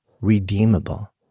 redeemable